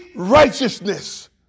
righteousness